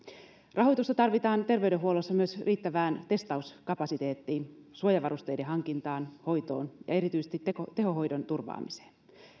rahoitusta tarvitaan terveydenhuollossa myös riittävään testauskapasiteettiin suojavarusteiden hankintaan hoitoon ja erityisesti tehohoidon turvaamiseen